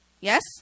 yes